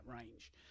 range